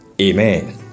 Amen